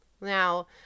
Now